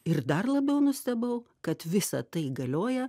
ir dar labiau nustebau kad visa tai galioja